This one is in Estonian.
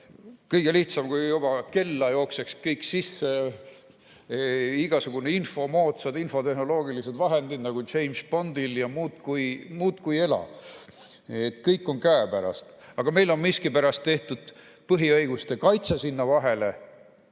kõige lihtsam oleks, kui juba kella jookseks sisse igasugune info, oleksid moodsad infotehnoloogilised vahendid nagu James Bondil, ja muudkui ela. Kõik on käepärast. Aga meil on miskipärast tehtud põhiõiguste kaitse sinna vahele,